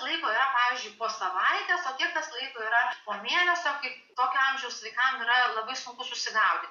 laiko pavyzdžiui po savaitės o kiek laiko yra po mėnesio kaip tokio amžiaus vaikam yra labai sunku susigaudyti